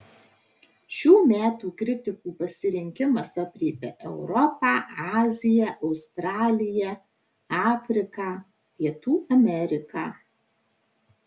šių metų kritikų pasirinkimas aprėpia europą aziją australiją afriką pietų ameriką